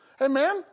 Amen